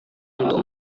untuk